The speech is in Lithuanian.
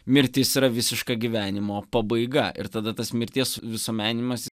mirtis yra visiška gyvenimo pabaiga ir tada tas mirties visuomenimas